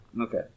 Okay